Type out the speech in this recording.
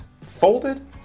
folded